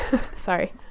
Sorry